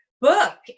book